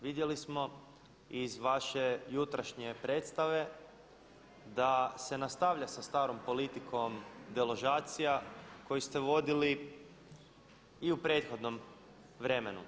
Vidjeli smo iz vaše jutrašnje predstave da se nastavlja sa starom politikom deložacija koju ste vodili i u prethodnom vremenu.